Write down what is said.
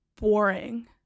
boring